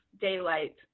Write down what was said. daylight